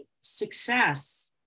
success